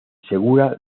segura